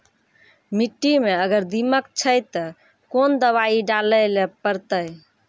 मिट्टी मे अगर दीमक छै ते कोंन दवाई डाले ले परतय?